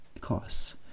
costs